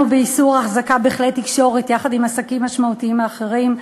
באיסור החזקה בכלי תקשורת יחד עם עסקים משמעותיים אחרים,